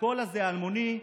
הקול הזה, האלמוני,